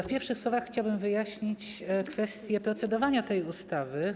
W pierwszych słowach chciałbym wyjaśnić kwestię procedowania nad tą ustawą.